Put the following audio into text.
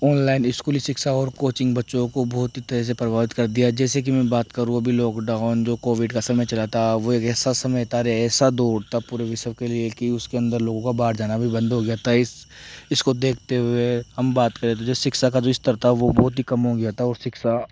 online स्कूली शिक्षा और कोचिंग बच्चों को बहुत ही तेज़ी से प्रभावित कर दिया है जैसे कि मैं बात करूँ अभी लॉकडाउन जो कोविड का समय चला था वो एक ऐसा समय था ऐसा दौर था पूरे विश्व के लिए कि उसके अंदर लोगों का बाहर जाना भी बंद हो गया था इस इसको देखते हुए हम बात करें तो यह शिक्षा का जो स्तर था वह बहुत ही कम हो गया था और शिक्षा